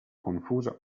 confuso